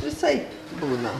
visaip būna